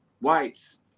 whites